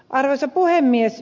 arvoisa puhemies